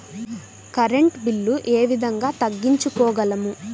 Current bill ఏ విధంగా తగ్గించుకోగలము?